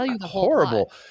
horrible